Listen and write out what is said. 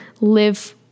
live